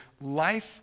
life